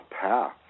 path